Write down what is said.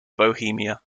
bohemia